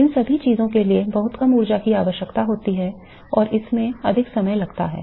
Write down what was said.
इन सभी चीजों के लिए बहुत कम ऊर्जा की आवश्यकता होती है और इसमें अधिक समय लगता है